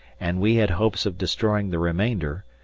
and we had hopes of destroying the remainder,